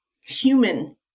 human